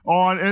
on